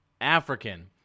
African